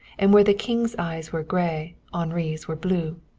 and where the king's eyes were gray henri's were blue.